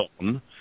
on